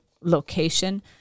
location